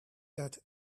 that